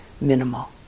minimal